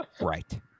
Right